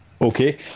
Okay